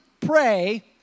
pray